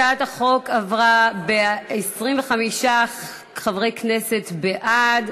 הצעת החוק עברה ב-25 חברי כנסת בעד,